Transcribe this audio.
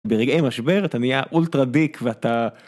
ברגעי משבר אתה נהיה אולטרה-דיק ואתה